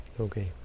Okay